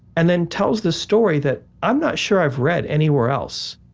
and then tells the story that i'm not sure i've read anywhere else,